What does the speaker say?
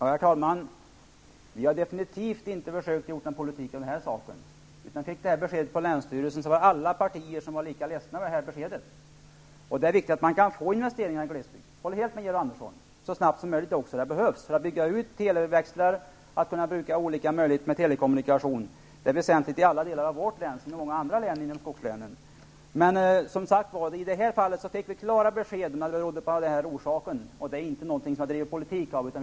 Herr talman! Vi har definitivt inte försökt göra politik av den här saken. När vi fick det här beskedet på länsstyrelsen var alla partier lika ledsna över det. Det viktiga är att få investeringar i glesbygden -- där håller jag helt med Georg Andersson -- så snart som möjligt för att bygga ut televäxlar och olika telekommunikationer. Det är väsentligt i alla delar av vårt län och i många andra skogslän. Som sagt: I det här fallet fick vi ett klart besked om orsaken. Det är ingenting som vi vill göra politik utav.